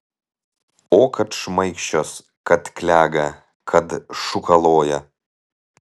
o kad šmaikščios kad klega kad šūkaloja